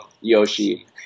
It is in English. Yoshi